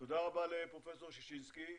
תודה רבה לפרופ' ששינסקי.